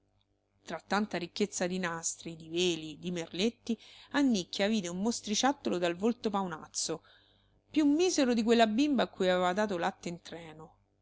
tra tanta ricchezza di nastri di veli di merletti annicchia vide un mostriciattolo dal volto paonazzo più misero di quella bimba a cui aveva dato latte in treno